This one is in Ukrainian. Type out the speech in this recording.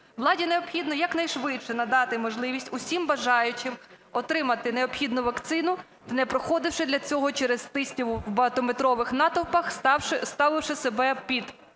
Владі необхідно якнайшвидше надати можливість усім бажаючим отримати необхідну вакцину, не проходивши для цього через тисняву в багатометрових натовпах, ставивши себе під